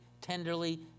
tenderly